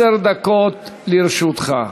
עשר דקות לרשותך.